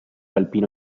alpino